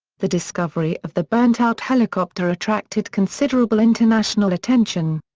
the discovery of the burnt-out helicopter attracted considerable international attention.